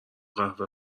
قهوه